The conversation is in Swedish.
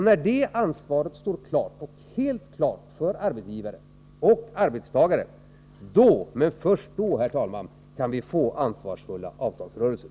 När detta ansvar står helt klart för arbetsgivare och för arbetstagare, då — men först då — kan vi få ansvarsfulla avtalsrörelser.